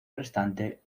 restante